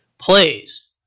plays